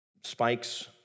spikes